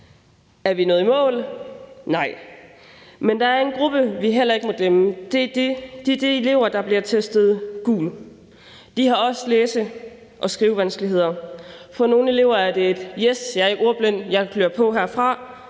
Er vi nået i mål? Nej. Men der er en gruppe, vi heller ikke må glemme. Det er de elever, der bliver testet gult. De har også læse- og skrivevanskeligheder. For nogle elever er det: Yes, jeg er ordblind; jeg klør på herfra.